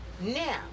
Now